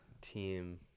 team